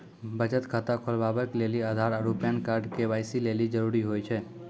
बचत खाता खोलबाबै लेली आधार आरू पैन कार्ड के.वाइ.सी लेली जरूरी होय छै